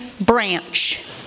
branch